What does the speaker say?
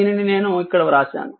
దీనిని నేను ఇక్కడ వ్రాశాను